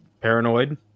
paranoid